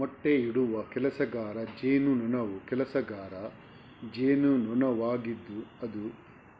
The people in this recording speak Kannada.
ಮೊಟ್ಟೆಯಿಡುವ ಕೆಲಸಗಾರ ಜೇನುನೊಣವು ಕೆಲಸಗಾರ ಜೇನುನೊಣವಾಗಿದ್ದು ಅದು